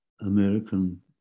American